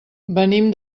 venim